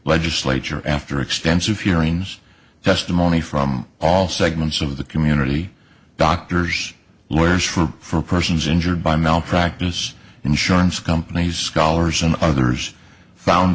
legislature after extensive hearings testimony from all segments of the community doctors lawyers for persons injured by malpractise insurance companies scholars and others found